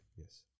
Yes